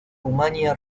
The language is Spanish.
rumania